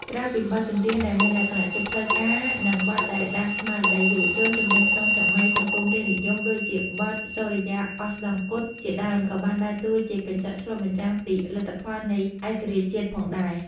ក្រៅពីបទចម្រៀងដែលមានលក្ខណៈជាផ្លូវការ និងបទដែលដាស់ស្មារតីយុទ្ធជន ចម្រៀងក្នុងសម័យសង្គមរាស្ត្រនិយម ដូចជាបទ សូរិយាអស្តង្គត ជាដើម ក៏បានដើរតួជាកញ្ចក់ឆ្លុះបញ្ចាំងពីលទ្ធផលនៃឯករាជ្យជាតិផងដែរ។